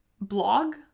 blog